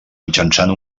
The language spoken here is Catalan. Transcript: mitjançant